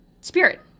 spirit